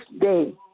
day